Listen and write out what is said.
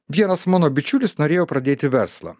vienas mano bičiulis norėjo pradėti verslą